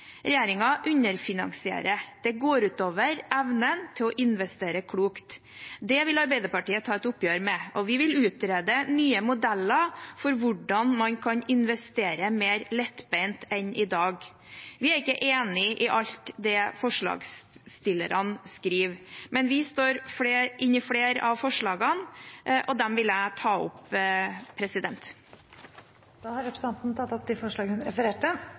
underfinansierer. Det går ut over evnen til å investere klokt. Det vil Arbeiderpartiet ta et oppgjør med, og vi vil utrede nye modeller for hvordan man kan investere mer lettbeint enn i dag. Vi er ikke enig i alt det forslagsstillerne skriver, men vi står inne i flere av forslagene. Det er et offentlig ansvar å sikre gode helse- og